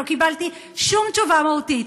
לא קיבלתי שום תשובה מהותית.